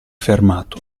fermato